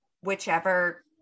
whichever